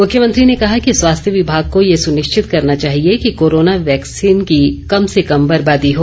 मुख्यमंत्री ने कहा कि स्वास्थ्य विभाग को यह सुनिश्चित करना चाहिए कि कोरोना वैक्सीन की कम से कम बर्बादी हो